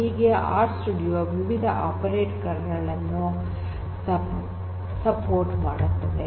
ಹೀಗೆ R studio ವಿವಿಧ operator ಗಳನ್ನು ಬೆಂಬಲಿಸುತ್ತದೆ